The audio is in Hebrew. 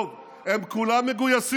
טוב, הם כולם מגויסים,